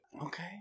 okay